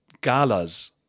galas